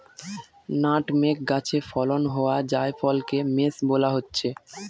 nutmeg গাছে ফলন হোয়া জায়ফলকে মেস বোলা হচ্ছে